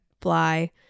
fly